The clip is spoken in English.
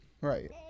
Right